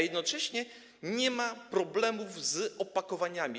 Jednocześnie nie ma problemów z opakowaniami.